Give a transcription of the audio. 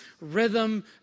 rhythm